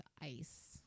ice